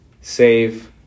save